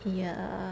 ya